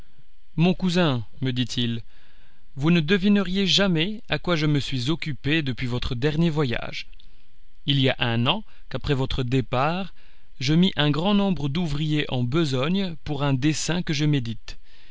mon cousin me dit-il vous ne devineriez jamais à quoi je me suis occupé depuis votre dernier voyage il y a un an qu'après votre départ je mis un grand nombre d'ouvriers en besogne pour un dessein que je médite